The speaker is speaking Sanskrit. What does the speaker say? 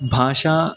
भाषा